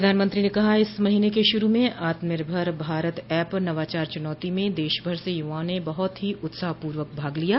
प्रधानमंत्री ने कहा कि इस महीने के शुरू में आत्म निर्भर भारत ऐप नवाचार चुनौती में देशभर से युवाओं ने बहुत ही उत्साहपूर्वक भाग लिया